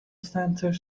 centre